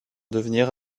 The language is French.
devenir